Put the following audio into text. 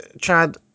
Chad